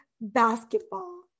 basketball